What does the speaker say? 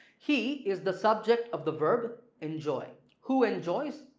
he is the subject of the verb enjoy who enjoys?